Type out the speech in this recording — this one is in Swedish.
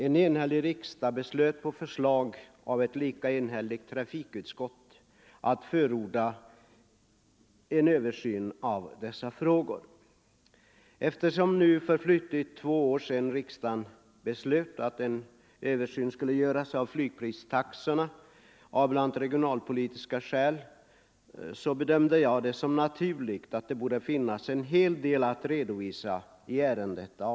En enhällig riksdag beslöt på förslag av ett lika enhälligt trafikutskott att förorda en översyn av dessa frågor. Eftersom det nu förflutit två år sedan riksdagen beslöt att en översyn av flygpristaxorna skulle göras, bl.a. av regionalpolitiska skäl, bedömde jag det som naturligt att statsrådet skulle ha en hel del att redovisa i ärendet.